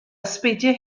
ysbeidiau